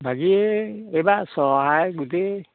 বাকী এইবাৰ চহাই গোটেই